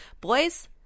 Boys